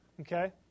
okay